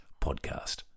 podcast